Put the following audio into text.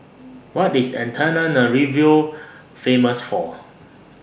What IS Antananarivo Famous For